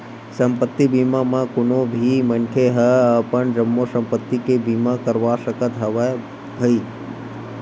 संपत्ति बीमा म कोनो भी मनखे ह अपन जम्मो संपत्ति के बीमा करवा सकत हवय भई